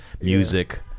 music